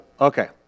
Okay